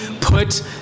put